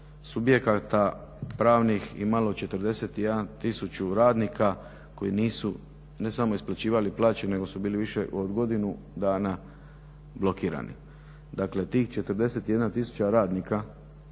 subjekata pravnih imali 41 tisuću radnika koji nisu ne samo isplaćivali plaće nego su bili više od godinu dana blokirani. Dakle tih 41 tisuća radnika